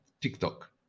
TikTok